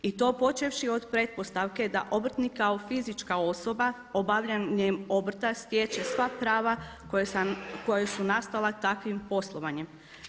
I to počevši od pretpostavke da obrtnik kao fizička osoba obavljanjem obrta stječe sva prava koja su nastala takvim poslovanjem.